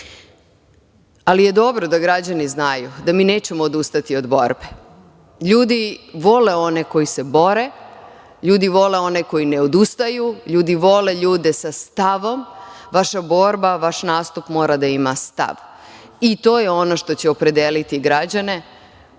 Srbije. Dobro je da građani znaju da mi nećemo odustati od borbe. Ljudi vole one koji se bore. Ljudi vole one koji ne odustaju. Ljudi vole ljude sa stavom. Vaša borba, vaš nastup mora da ima stav. To je ono što će opredeliti građane